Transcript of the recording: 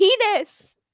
Penis